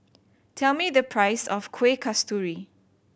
tell me the price of Kuih Kasturi